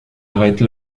arrête